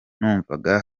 numvaga